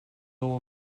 all